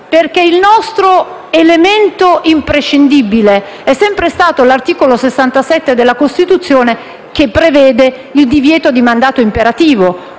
perché il nostro elemento imprescindibile è sempre stato l'articolo 67 della Costituzione, che prevede il divieto di mandato imperativo.